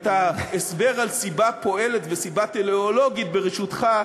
את ההסבר על סיבה פועלת וסיבה טלאולוגית, ברשותך,